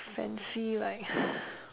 fancy like